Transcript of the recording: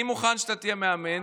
אני מוכן שאתה תהיה מאמן.